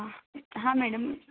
हां हां मॅडम